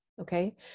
okay